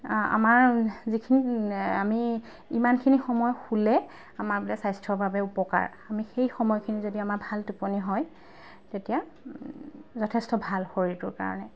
আমাৰ যিখিনি আমি ইমানখিনি সময় শুলে আমাৰ বোলে স্বাস্থ্যৰ বাবে উপকাৰ আমি সেই সময়খিনি যদি আমাৰ ভাল টোপনি হয় তেতিয়া যথেষ্ট ভাল শৰীৰটোৰ কাৰণে